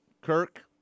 kirk